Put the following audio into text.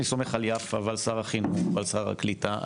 אני סומך על יפה ועל שר החינוך ועל שר הקליטה,